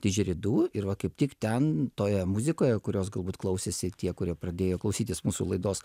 dižeridu ir va kaip tik ten toje muzikoje kurios galbūt klausėsi tie kurie pradėjo klausytis mūsų laidos